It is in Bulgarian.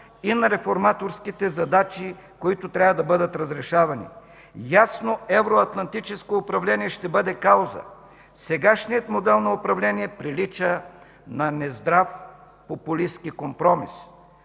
и на реформаторските задачи, които трябва да бъдат разрешавани. Ясно евроатлантическо управление ще бъде кауза. Сегашният модел на управление прилича на нездрав популистки компромис.